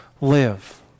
live